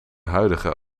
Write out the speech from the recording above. huidige